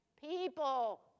people